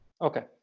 Okay